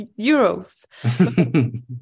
euros